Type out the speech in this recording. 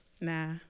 Nah